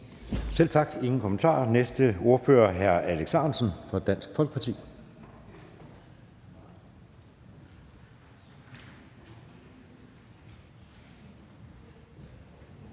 Der er ingen kommentarer. Næste ordfører er hr. Alex Ahrendtsen, Dansk Folkeparti.